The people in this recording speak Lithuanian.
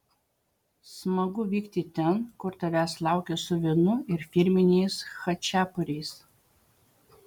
smagu vykti ten kur tavęs laukia su vynu ir firminiais chačiapuriais